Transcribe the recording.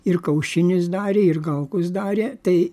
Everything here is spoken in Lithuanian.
ir kaušinis darė ir galkus darė tai